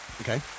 Okay